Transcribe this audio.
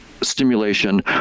stimulation